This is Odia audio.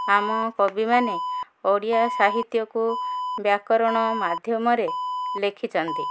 ଆମ କବିମାନେ ଓଡ଼ିଆ ସାହିତ୍ୟକୁ ବ୍ୟାକରଣ ମାଧ୍ୟମରେ ଲେଖିଛନ୍ତି